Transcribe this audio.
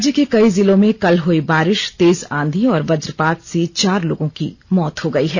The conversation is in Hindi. राज्य के कई जिलों में कल हुई बारिश तेज आंधी और वज्रपात से चार लोगों की मौत हो गई है